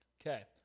Okay